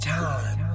time